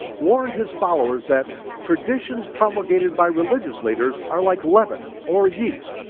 warned his followers that traditions promulgated by religious leaders are like leaven or yeast,